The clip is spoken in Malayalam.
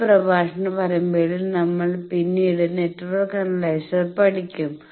ഈ പ്രഭാഷണ പരമ്പരയിൽ നമ്മൾ പിന്നീട് നെറ്റ്വർക്ക് അനലൈസർ പഠിക്കും